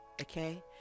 okay